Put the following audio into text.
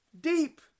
deep